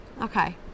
okay